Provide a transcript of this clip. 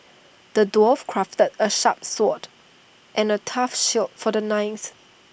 the dwarf crafted A sharp sword and A tough shield for the knight